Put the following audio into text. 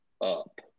up